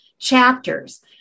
chapters